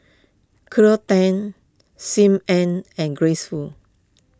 Cleo Thang Sim Ann and Grace Fu